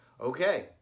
Okay